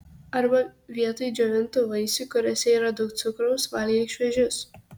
arba vietoj džiovintų vaisių kuriuose yra daug cukraus valgyk šviežius